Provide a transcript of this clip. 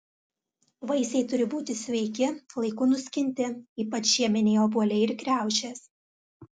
vaisiai turi būti sveiki laiku nuskinti ypač žieminiai obuoliai ir kriaušės